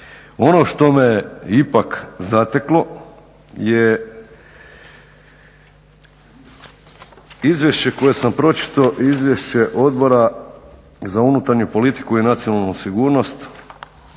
Ono što me ipak zateklo je izvješće koje sam pročitao izvješće Odbora za unutarnju politiku i nacionalnu sigurnost